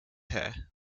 hair